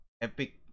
epic